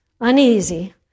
uneasy